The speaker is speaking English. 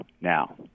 now